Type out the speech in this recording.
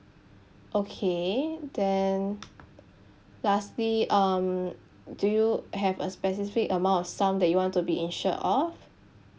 okay then lastly um do you have a specific amount of sum that you want to be insured of